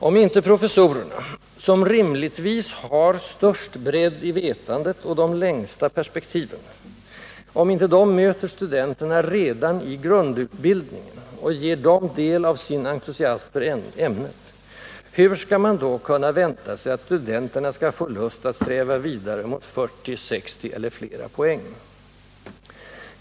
Om inte professorerna, som rimligtvis har störst bredd i vetandet och de längsta perspektiven, möter studenterna redan i grundutbildningen och ger dem del av sin entusiasm för ämnet, hur skall man då kunna vänta sig att studenterna skall få lust att sträva vidare mot 40, 60 eller flera poäng?